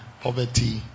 Poverty